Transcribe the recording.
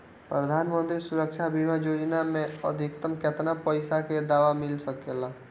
प्रधानमंत्री सुरक्षा बीमा योजना मे अधिक्तम केतना पइसा के दवा मिल सके ला?